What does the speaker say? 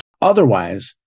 Otherwise